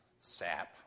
sap